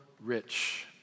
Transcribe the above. rich